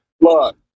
look